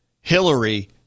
Hillary